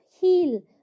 heel